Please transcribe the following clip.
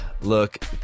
look